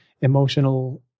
emotional